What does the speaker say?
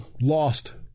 lost